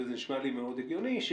וזה נשמע לי מאוד הגיוני,